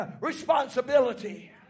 responsibility